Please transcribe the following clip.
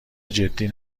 جدی